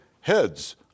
heads